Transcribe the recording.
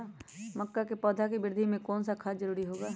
मक्का के पौधा के वृद्धि में कौन सा खाद जरूरी होगा?